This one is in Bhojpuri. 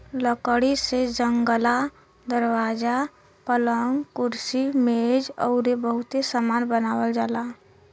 लकड़ी से जंगला, दरवाजा, पलंग, कुर्सी मेज अउरी बहुते सामान बनावल जाला